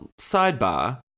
sidebar